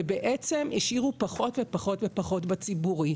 ובעצם השאירו פחות ופחות בציבורי.